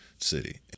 city